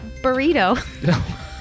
Burrito